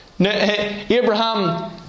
Abraham